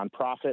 nonprofit